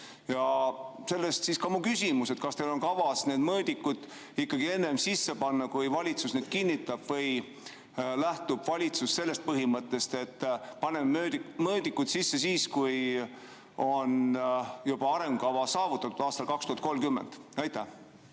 Sellest ka mu küsimus. Kas teil on kavas need mõõdikud ikkagi enne sisse panna, kui valitsus need kinnitab? Või lähtub valitsus sellest põhimõttest, et paneme mõõdikud sisse siis, kui on juba arengukava [eesmärgid] saavutatud, aastal 2030? Aitäh,